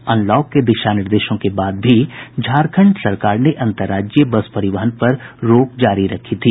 unlock के दिशा निर्देशों के बाद भी झारखंड सरकार ने अन्तर्राज्यीय बस परिवहन पर रोक जारी रखी थी